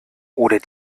oder